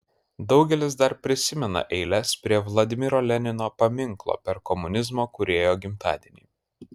daugelis dar prisimena eiles prie vladimiro lenino paminklo per komunizmo kūrėjo gimtadienį